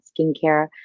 skincare